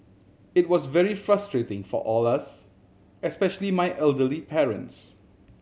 it was very frustrating for all us especially my elderly parents